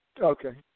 Okay